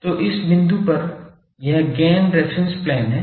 तो इस बिंदु पर यह गैन रेफेरेंस प्लेन है